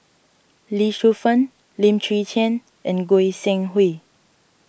Lee Shu Fen Lim Chwee Chian and Goi Seng Hui